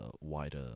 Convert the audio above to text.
wider